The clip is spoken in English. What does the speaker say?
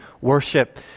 worship